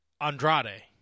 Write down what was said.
Andrade